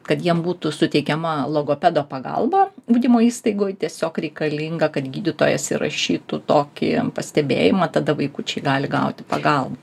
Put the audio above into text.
kad jiem būtų suteikiama logopedo pagalba ugdymo įstaigoj tiesiog reikalinga kad gydytojas įrašytų tokį pastebėjimą tada vaikučiai gali gauti pagalbą